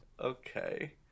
Okay